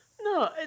No